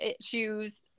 shoes